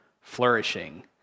flourishing